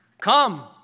Come